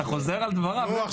אתה חוזר על דבריו?